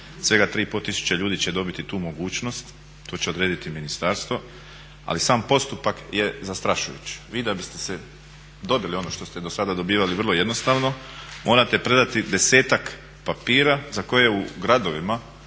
svega 3,5 tisuće ljudi će dobiti tu mogućnost, to će odrediti ministarstva ali sam postupak je zastrašujući. Vi da biste se dobili ono što ste dosada dobivali vrlo jednostavno morate predati desetak papira za koje u gradovima